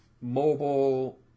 mobile